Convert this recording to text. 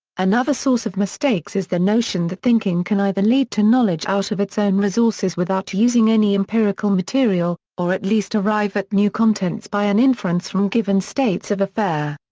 another source of mistakes is the notion that thinking can either lead to knowledge out of its own resources without using any empirical material, or at least arrive at new contents by an inference from given states of affair.